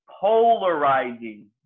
polarizing